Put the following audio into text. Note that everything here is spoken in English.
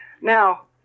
Now